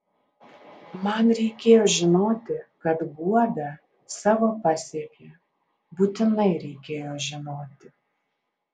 man reikėjo žinoti kad guoda savo pasiekė būtinai reikėjo žinoti